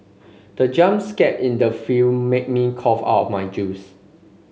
the jump scare in the film made me cough out my juice